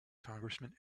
congressman